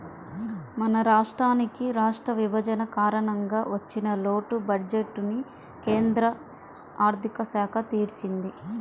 మన రాష్ట్రానికి రాష్ట్ర విభజన కారణంగా వచ్చిన లోటు బడ్జెట్టుని కేంద్ర ఆర్ధిక శాఖ తీర్చింది